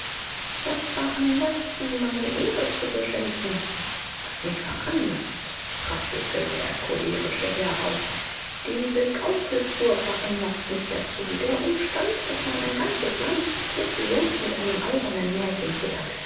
was veranlaßt sie meine ehre zu beschimpfen was mich veranlaßt prasselte der cholerische herr auf diese gaukelfuhr veranlaßt mich dazu der umstand daß man ein ganzes land skrupellos mit einem albernen märchen füttert